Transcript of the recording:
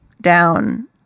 down